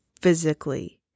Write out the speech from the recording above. physically